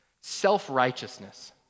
Self-righteousness